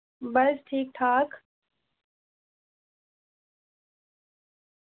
बस ठीक ठाक